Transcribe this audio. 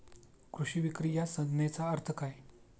कृषी विक्री या संज्ञेचा अर्थ काय?